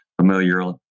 familiar